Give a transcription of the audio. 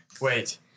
Wait